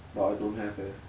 but I don't have leh